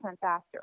faster